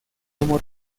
como